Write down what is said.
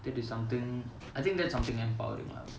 that is something I think that's something empowering lah